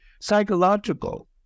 psychological